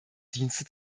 dienste